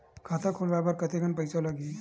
खाता खुलवाय बर कतेकन पईसा लगही?